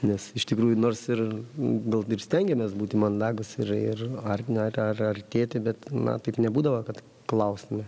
nes iš tikrųjų nors ir vat ir stengiamės būti mandagūs ir ir ar ar artėti bet na tai gi nebūdavo kad klaustume